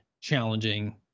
challenging